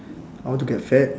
I want to get fat